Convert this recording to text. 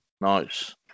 Nice